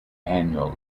annually